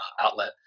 outlet